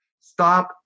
Stop